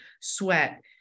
sweat